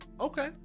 Okay